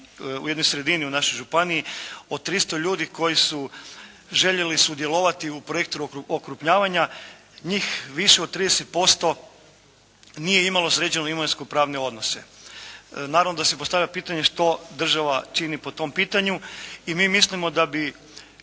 u jednoj sredini u našoj županiji, od 300 ljudi koji su željeli sudjelovati u projektu okrupnjavanja, njih više od 30% nije imalo sređeno imovinsko-pravne odnose. Naravno da se postavlja pitanje što država čini po tom pitanju i mi mislimo da bi